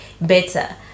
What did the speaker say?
better